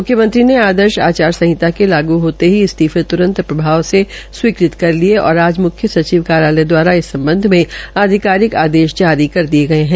म्ख्यमंत्री ने आदर्श आचार संहिता के लागू होते ही इस्तीफे त्रंत प्रभाव से स्वीकृत कर लिये थे और आज मुख्य सचिव कार्यालय दवारा इस सम्बन्ध में आधिकारिक आदेश जारी किये गए हैं